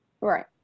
Right